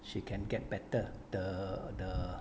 she can get better the the